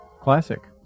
Classic